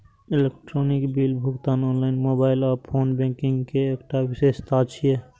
electronic bill भुगतान online, mobile आ phone banking के एकटा विशेषता छियै